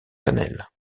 cannelle